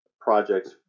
projects